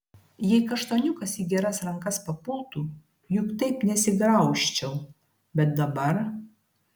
jei kaštoniukas į geras rankas papultų juk taip nesigraužčiau bet dabar